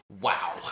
Wow